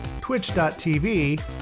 twitch.tv